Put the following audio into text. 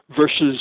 versus